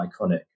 iconic